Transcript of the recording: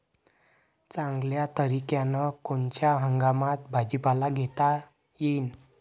चांगल्या तरीक्यानं कोनच्या हंगामात भाजीपाला घेता येईन?